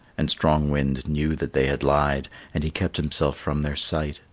and strong wind knew that they had lied, and he kept himself from their sight,